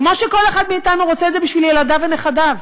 כמו שכל אחד מאתנו רוצה את זה בשביל ילדיו ונכדיו.